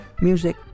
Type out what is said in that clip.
music